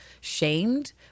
shamed